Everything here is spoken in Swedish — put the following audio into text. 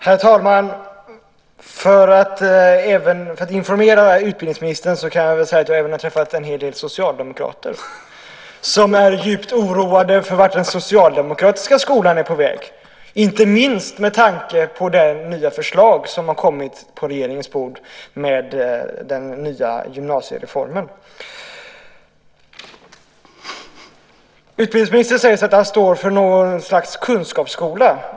Herr talman! För att informera utbildningsministern kan jag berätta att jag har träffat en del socialdemokrater som är djupt oroade för vart den socialdemokratiska skolan är på väg, inte minst med tanke på det nya förslag som har kommit om gymnasiereformen. Utbildningsministern säger att Socialdemokraterna står för något slags kunskapsskola.